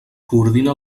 coordina